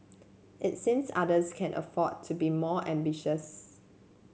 it seems others can afford to be more ambitious